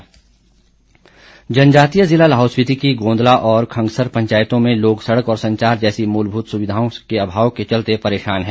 ज्ञापन जनजातीय जिला लाहौल स्पीति की गोंदला और खंगसर पंचायतों में लोग सड़क और संचार जैसी मूलभूत सुविधाओं के अभाव के चलते परेशान हैं